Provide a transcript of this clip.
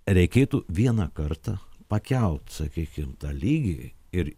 reikėtų vieną kartą pakelt sakykim tą lygį ir